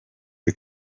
you